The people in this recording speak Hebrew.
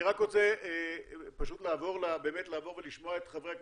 רק רוצה לעבור לשמוע את חברי הכנסת,